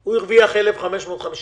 הוא הרוויח 1,551,